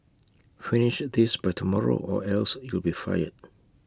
finish this by tomorrow or else you'll be fired